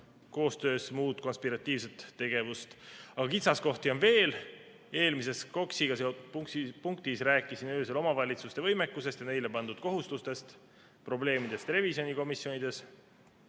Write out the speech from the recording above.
koostöös muud konspiratiivset tegevust. Aga kitsaskohti on veel. Eelmises KOKS-iga seotud punktis ma rääkisin öösel omavalitsuste võimekusest ja neile pandud kohustustest, probleemidest revisjonikomisjonides.